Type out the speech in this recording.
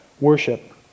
worship